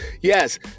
Yes